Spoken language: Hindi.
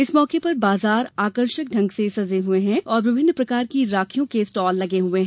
इस मौके पर बाजार आकर्षक ढंग से सजे हुए है और विभिन्न प्रकार की राखियों के स्टाल लगे हुए है